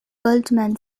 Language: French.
goldman